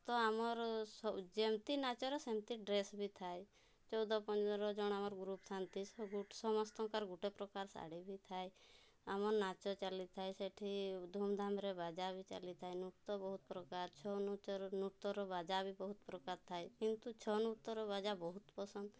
ତ ଆମର ସ ଯେମିତି ନାଚର ସେମିତି ଡ୍ରେସ୍ ବି ଥାଏ ଚଉଦ ପନ୍ଦର ଜଣ ଆମର ଗ୍ରୁପ୍ ଥାଆନ୍ତି ସବୁ ସମସ୍ତଙ୍କର ଗୁଟେ ପ୍ରକାର ଶାଢ଼ୀ ବି ଥାଏ ଆମର ନାଚ ଚାଲିଥାଏ ସେଠି ଧୁମ୍ଧାମ୍ରେ ବାଜା ବି ଚାଲିଥାଏ ନୃତ୍ୟ ବହୁତ ପ୍ରକାର ଛଉ ନୃତ୍ୟର ନୃତ୍ୟର ବାଜା ବି ବହୁତ ପ୍ରକାର ଥାଏ କିନ୍ତୁ ଛଉ ନୃତ୍ୟର ବାଜା ବହୁତ ପସନ୍ଦ